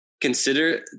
Consider